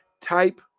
Type